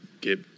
get